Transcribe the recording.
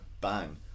bang